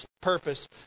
purpose